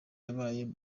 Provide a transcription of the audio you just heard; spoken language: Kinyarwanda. yabaye